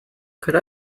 could